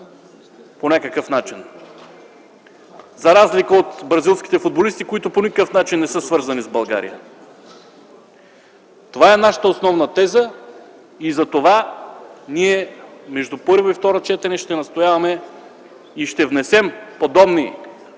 с България, за разлика от бразилските футболисти, които по никакъв начин не са свързани с нея. Това е нашата основна теза - затова между първо и второ четене ние ще настояваме и ще внесем подобни